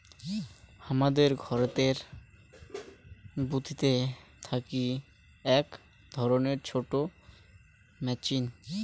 হামাদের ঘরতের বুথিতে থাকি আক ধরণের ছোট মেচিন